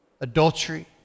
adultery